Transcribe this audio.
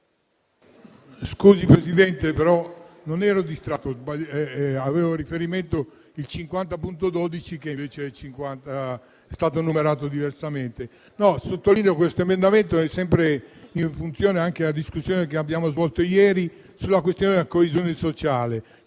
Sottolineo che tale emendamento è in funzione anche della discussione che abbiamo svolto ieri sulla questione della coesione sociale: